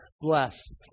blessed